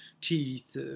teeth